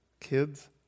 kids